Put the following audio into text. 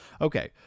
Okay